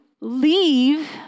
leave